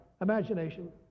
imagination